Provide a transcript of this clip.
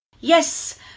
Yes